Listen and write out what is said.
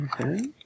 Okay